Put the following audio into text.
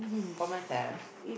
for myself